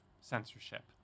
censorship